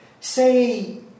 Say